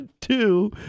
two